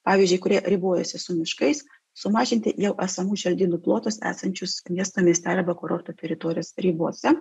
pavyzdžiui kurie ribojasi su miškais sumažinti jau esamų želdynų plotus esančius miesto miestelio arba kurortų teritorijos ribose